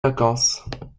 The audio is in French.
vacances